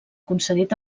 concedit